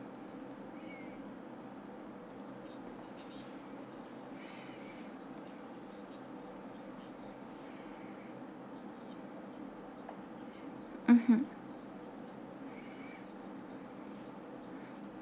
mmhmm